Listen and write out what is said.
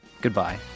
Goodbye